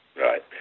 right